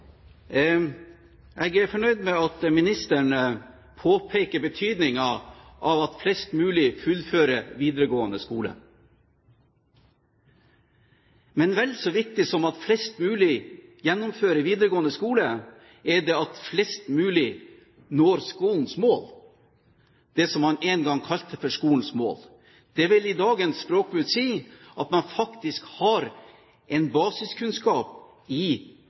Jeg er fornøyd med at ministeren påpeker betydningen av at flest mulig fullfører videregående skole. Men vel så viktig som at flest mulig gjennomfører videregående skole, er det at flest mulig når skolens mål – det som man en gang kalte for skolens mål. Det vil i dagens språkbruk si at man faktisk har en basiskunnskap i